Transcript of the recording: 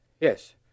Yes